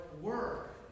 work